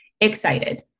excited